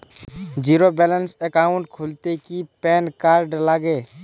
Zero balance account খুলতে কি PAN card লাগে?